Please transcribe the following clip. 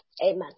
Amen